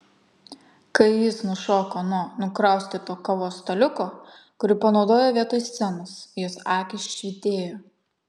kai jis nušoko nuo nukraustyto kavos staliuko kurį panaudojo vietoj scenos jos akys švytėjo